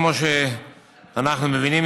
כמו שאנחנו מבינים,